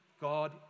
God